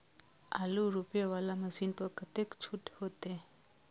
आलू रोपे वाला मशीन पर कतेक छूट होते?